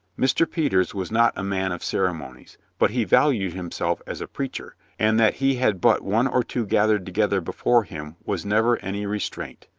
mr. peters was not a man of ceremonies, but he valued himself as a preacher and that he had but one or two gathered together before him was never any restraint.